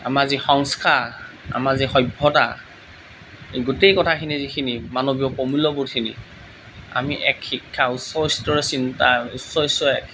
আমাৰ যি সংস্কাৰ আমাৰ যি সভ্যতা এই গোটেই কথাখিনি যিখিনি মানৱীয় প্ৰমূল্যবোধখিনি আমি এক শিক্ষা উচ্চস্তৰৰ চিন্তা উচ্চস্তৰৰ এক